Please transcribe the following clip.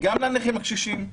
גם לנכים הקשישים,